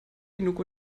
genug